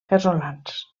casolans